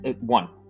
one